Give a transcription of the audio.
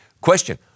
Question